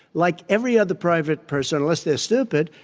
like every other private person, unless they're stupid,